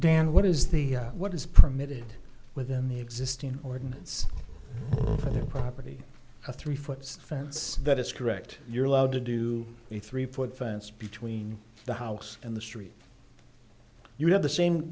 dan what is the what is permitted within the existing ordinance pretty a three foot stance that is correct you're allowed to do a three foot fence between the house and the street you have the same